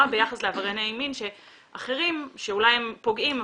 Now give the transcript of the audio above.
ביחס לעברייני מין אחרים שאולי הם פוגעים,